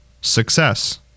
success